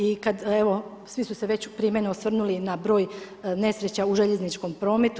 I kad evo, svi su se već prije mene osvrnuli na broj nesreća u željezničkom prometu.